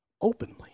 openly